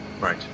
right